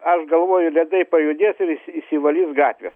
aš galvoju ledai pajudės ir išsi išsivalys gatvės